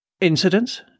Incidents